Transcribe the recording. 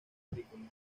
agrícolas